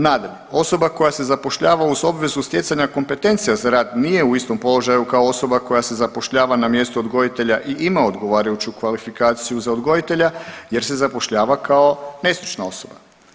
Nadalje, osoba koja se zapošljava uz obvezu stjecanja kompetencija za rad nije u istom položaju kao osoba koja se zapošljava na mjestu odgojitelja i ima odgovarajuću kvalifikaciju za odgojitelja jer se zapošljava kao nestručna osoba.